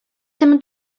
tym